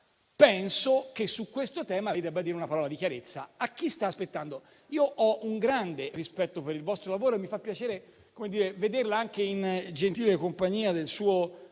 però che su questo tema lei debba dire una parola di chiarezza a chi sta aspettando. Io ho un grande rispetto per il vostro lavoro e mi fa piacere vederla anche in gentile compagnia del suo